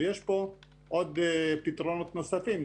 ויש פה עוד פתרונות נוספים,